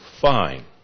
fine